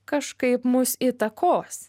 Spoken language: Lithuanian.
kažkaip mus įtakos